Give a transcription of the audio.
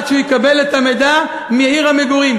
עד שהוא יקבל את המידע מעיר המגורים.